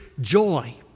joy